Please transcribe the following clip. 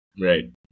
Right